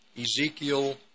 Ezekiel